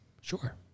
Sure